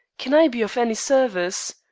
can i be of any service?